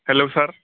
hello sir